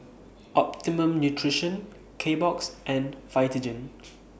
Optimum Nutrition Kbox and Vitagen